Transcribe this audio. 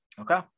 Okay